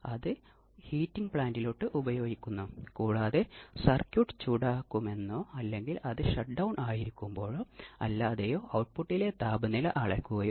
അതിനാൽ സർക്യൂട്ട് ഘടകങ്ങളെ അടിസ്ഥാനമാക്കി ഓർമിക്കാൻ വളരെ എളുപ്പമാണ്